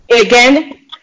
again